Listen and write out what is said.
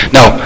Now